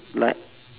like